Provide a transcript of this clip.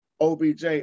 OBJ